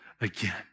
again